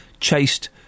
chased